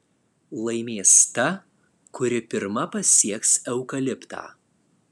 laimės ta kuri pirma pasieks eukaliptą